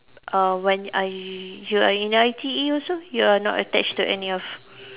uh when I you are in I_T_E also you are not attached to any of